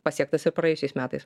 pasiektas ir praėjusiais metais